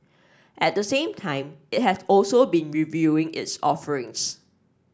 at the same time it has also been reviewing its offerings